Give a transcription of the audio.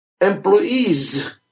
Employees